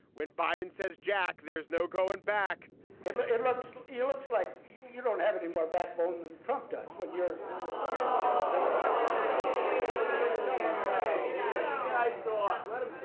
when biden says jack, there's no going back it ah it looks it looks like you don't have any more backbone than fucked up. what you're. um